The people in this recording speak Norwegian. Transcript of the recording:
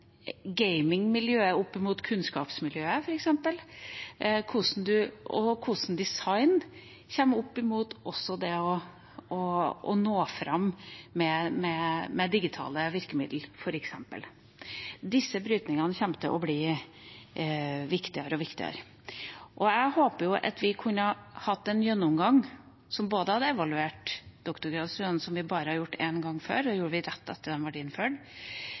og hvordan design kommer opp mot det å nå fram med digitale virkemidler, f.eks. Disse brytningene kommer til å bli viktigere og viktigere. Jeg håper at vi kan få en gjennomgang som både evaluerer doktorgradsprogrammene og deres organisatoriske plassering i forskningsstrukturen vår, som vi har gjort bare én gang før – rett etter at de ble innført